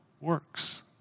works